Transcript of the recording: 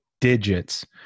digits